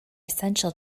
essential